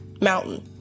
mountain